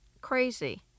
crazy